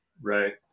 Right